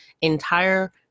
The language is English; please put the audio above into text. entire